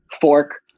fork